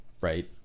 right